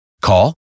Call